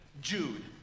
jude